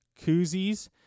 koozies